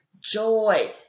joy